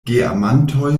geamantoj